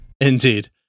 Indeed